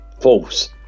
False